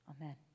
Amen